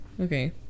Okay